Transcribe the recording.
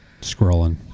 Scrolling